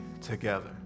together